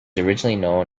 originally